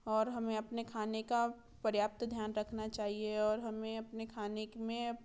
और हमें अपने खाने का पर्याप्त ध्यान रखना चाहिए और हमें अपने खाने में